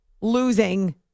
losing